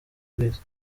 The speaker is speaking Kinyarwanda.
rw’isi